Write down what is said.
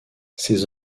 ses